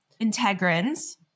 integrins